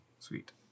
Sweet